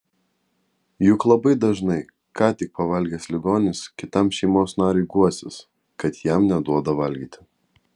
juk labai dažnai ką tik pavalgęs ligonis kitam šeimos nariui guosis kad jam neduoda valgyti